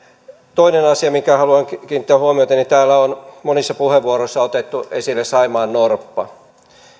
toinen asia mihinkä haluan kiinnittää huomiota täällä on monissa puheenvuoroissa otettu esille saimaannorppa